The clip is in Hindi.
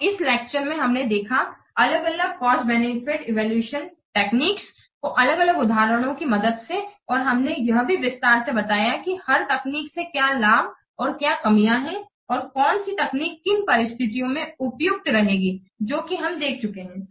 तो इस लेक्चर में हमने देखा अलग अलग कॉस्ट बेनिफिट इवैल्यूएशन टेक्निक्स को अलग अलग उदाहरणों की मदद से और हमने यह भी विस्तार से बताया कि हर तकनीक के क्या लाभ है और क्या कमियाँ है और कौन सी तकनीक किन परिस्थितियों में उपयुक्त रहेंगी जो कि हम देख चुके हैं